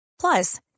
Plus